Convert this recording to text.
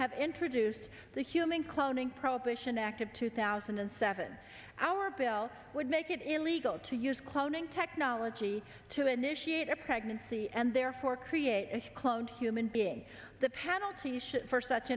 have introduced the human cloning prohibition act of two thousand and seven our bill would make it illegal to use cloning technology to initiate a pregnancy and therefore create a cloned human being the penalties for such